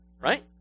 right